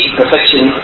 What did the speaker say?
perfection